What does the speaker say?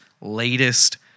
latest